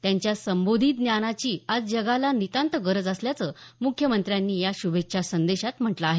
त्यांच्या संबोधी ज्ञानाची आज जगाला नितांत गरज असल्याचं मुख्यमंत्र्यांनी या श्भेच्छा संदेशात म्हटलं आहे